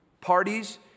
parties